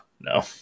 no